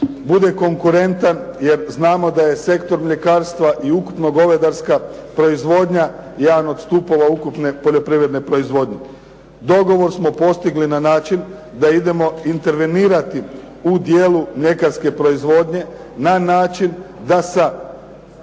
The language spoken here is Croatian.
bude konkurentan jer znamo da je sektor mljekarstva i ukupno govedarska proizvodnja jedan od stupova ukupne poljoprivredne proizvodnje. Dogovor smo postigli na način da idemo intervenirati u dijelu mljekarske proizvodnje na način da sa